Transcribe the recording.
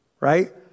right